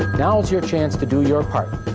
now's your chance to do your part,